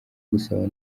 gusaba